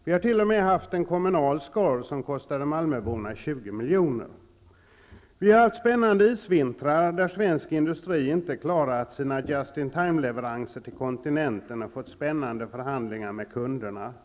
Vi har t.o.m. haft en kommunal skorv som kostade malmöborna 20 milj.kr. Vi har haft spännande isvintrar där svensk industri inte klarat sina just-in-time-leveranser till kontinenten och fått intressanta förhandlingar med kunderna.